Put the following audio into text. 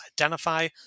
identify